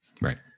Right